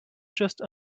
just